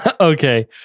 Okay